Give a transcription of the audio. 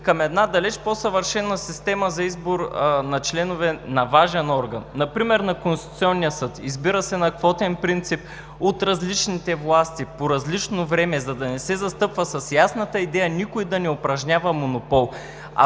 към една далеч по-съвършена система за избор на членове на важен орган например на Конституционния съд – избира се на квотен принцип от различните власти, по различно време, за да не се застъпва, с ясната идея никой да не упражнява монопол.